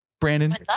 Brandon